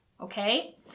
okay